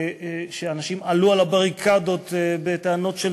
שאנשים עלו על הבריקדות בטענות של